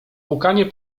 płukanie